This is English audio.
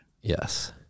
Yes